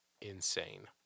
insane